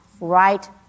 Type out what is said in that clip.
right